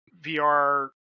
VR